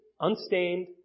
unstained